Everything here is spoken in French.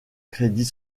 crédit